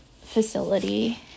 facility